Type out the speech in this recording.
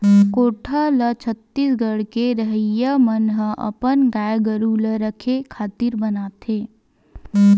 कोठा ल छत्तीसगढ़ के रहवइया मन ह अपन गाय गरु ल रखे खातिर बनाथे